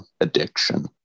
addiction